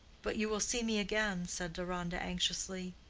but you will see me again? said deronda, anxiously.